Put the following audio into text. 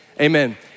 amen